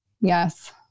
yes